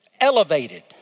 elevated